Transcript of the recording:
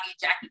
Jackie